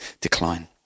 decline